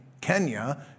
Kenya